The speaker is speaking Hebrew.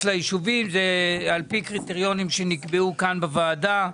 ליישובים על פי קריטריונים שנקבעו כאן בוועדה.